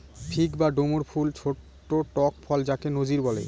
fig বা ডুমুর ফল ছোট্ট টক ফল যাকে নজির বলে